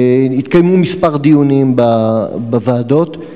התקיימו כמה דיונים בוועדות,